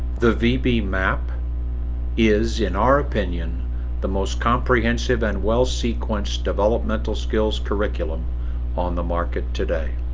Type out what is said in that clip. the vb map is in our opinion the most comprehensive and well sequenced developmental skills curriculum on the market today